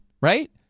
right